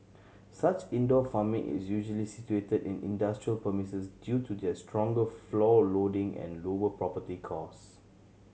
such indoor farming is usually situated in industrial premises due to their stronger floor loading and lower property cost